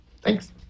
Thanks